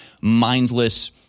mindless